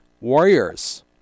Warriors